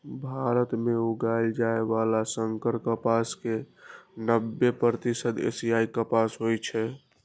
भारत मे उगाएल जाइ बला संकर कपास के नब्बे प्रतिशत एशियाई कपास होइ छै